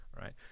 Right